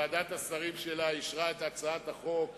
שוועדת השרים שלה אישרה את הצעת החוק